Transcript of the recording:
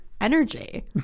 energy